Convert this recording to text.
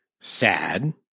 sad